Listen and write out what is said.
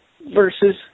versus